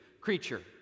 creature